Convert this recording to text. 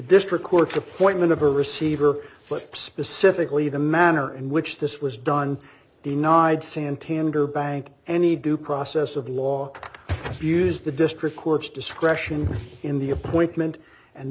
district court appointment of a receiver flip specifically the manner in which this was done denied santander bank any due process of law views the district court's discretion in the appointment and